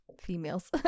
females